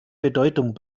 bedeutung